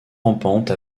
rampante